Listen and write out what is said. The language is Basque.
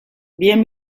bien